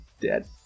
Dead